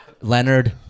Leonard